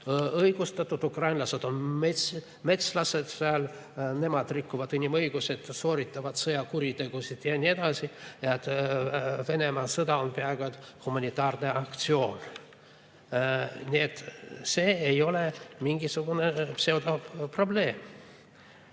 õigustatud, ukrainlased on metslased seal, nemad rikuvad inimõiguseid, sooritavad sõjakuritegusid ja nii edasi ja et Venemaa sõda on peaaegu et humanitaarne aktsioon. Nii et see ei ole mingi pseudoprobleem.